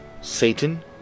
Satan